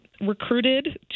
recruited